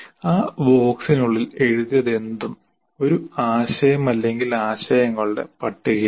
ആ ബോക്സിനുള്ളിൽ എഴുതിയതെന്തും ഒരു ആശയം അല്ലെങ്കിൽ ആശയങ്ങളുടെ പട്ടികയാണ്